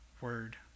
word